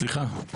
סליחה,